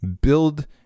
build